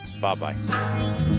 Bye-bye